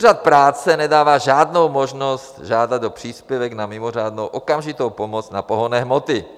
Úřad práce nedává žádnou možnost žádat o příspěvek na mimořádnou okamžitou pomoc na pohonné hmoty.